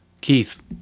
Keith